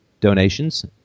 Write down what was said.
donations